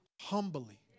humbly